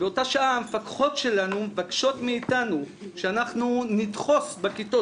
באותה שעה המפקחות שלנו מבקשות מאיתנו שאנחנו נדחוס בכיתות,